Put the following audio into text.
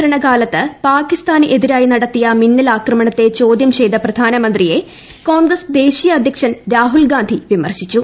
ഭരണകാലത്ത് പാകിസ്ഥാന് എതിരായി നടത്തിയ മിന്നലാക്രണത്തെ ചോദ്യം ചെയ്ത പ്രധാനമന്ത്രിയെ കോൺഗ്രസ് ദേശീയ അധ്യക്ഷൻ രാഹുൽഗാന്ധി വിമർശിച്ചു